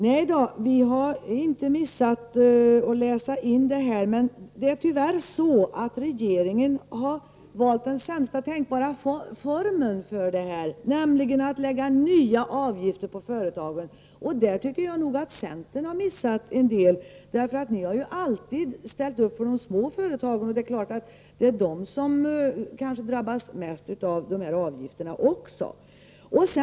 Nej, vi har inte missat att läsa in det här, men det är tyvärr så att regeringen har valt den sämsta tänkbara formen, nämligen att lägga nya avgifter på företagen. Där tycker jag att centern har missat en del. Ni har ju alltid ställt upp för de små företagen, och det är kanske de som drabbas mest av de här avgifterna.